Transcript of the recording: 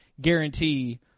guarantee